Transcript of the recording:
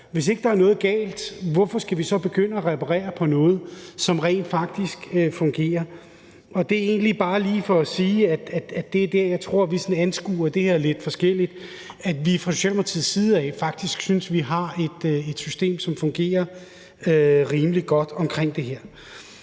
hvis ikke der er noget galt, hvorfor skal vi så begynde at reparere på noget, som rent faktisk fungerer? Det er egentlig bare lige for at sige, at det er der, hvor jeg tror vi anskuer det her lidt forskelligt. Vi synes fra Socialdemokratiets side faktisk, at vi på det her område har et system, som fungerer rimelig godt. Der bliver